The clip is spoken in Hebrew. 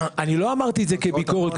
לא אמרתי את זה כביקורת,